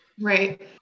right